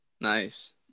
Nice